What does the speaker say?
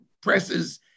presses